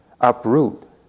uproot